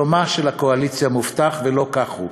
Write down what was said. שלומה של הקואליציה מובטח, ולא כך הוא.